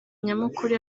nyamukuru